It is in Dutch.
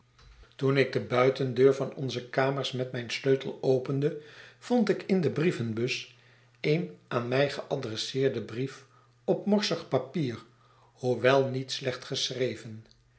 toen ik de buitendeur van onze kamers met mijn sleutel opende vond ik in de brievenbus een aan mij geadresseerden brief op morsig papier hoewel niet slecht geschreven